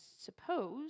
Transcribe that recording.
suppose